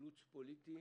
אילוץ פוליטי